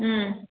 ꯎꯝ